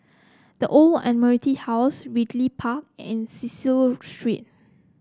The Old Admiralty House Ridley Park and Cecil Street